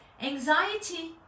anxiety